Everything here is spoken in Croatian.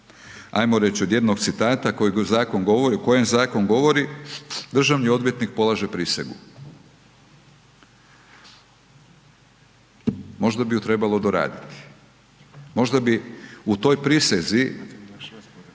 kojeg zakon govori, o kojem zakon govori, državni odvjetnik polaže prisegu. Možda bi ju trebalo doraditi. Možda bi u toj prisezi